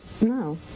No